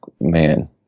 man